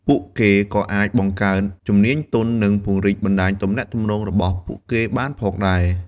ពួកគេក៏អាចបង្កើនជំនាញទន់ និងពង្រីកបណ្ដាញទំនាក់ទំនងរបស់ពួកគេបានផងដែរ។